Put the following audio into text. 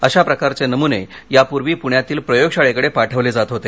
अशा प्रकारची नम्ने यापूर्वी पुण्यातील प्रयोग शाळेकडे पाठवले जात होते